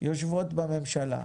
יושבות בממשלה,